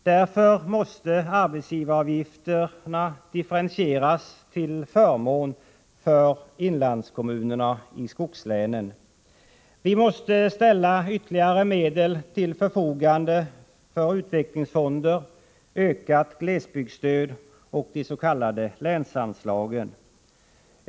Därför måste arbetsgivaravgifterna differentieras till förmån för inlandskommunerna i skogslänen. Vi måste ställa ytterligare medel till förfogande för utvecklingsfonder, ökat glesbygdsstöd och de s.k. länsanslagen.